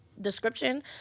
description